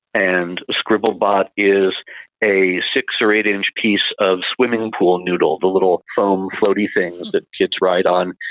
and scribble bot is a six or eight inch piece of swimming pool noodle, the little foam floaty things that kids ride on.